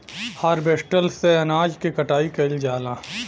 harvester से अनाज के कटाई कइल जाला